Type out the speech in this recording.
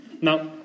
now